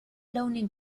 لون